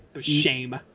Shame